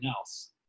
else